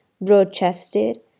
broad-chested